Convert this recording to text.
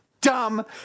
dumb